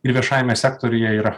ir viešajame sektoriuje yra